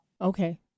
Okay